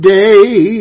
day